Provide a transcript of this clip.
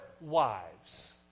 wives